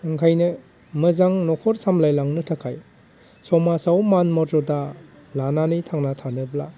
ओंखायनो मोजां न'खर सामलायलांनो थाखाय समाजाव मान मर्जदा लानानै थांना थानोब्ला